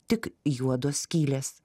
tik juodos skylės